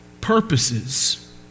purposes